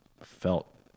felt